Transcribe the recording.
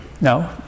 No